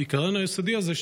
העיקרון היסודי הזה,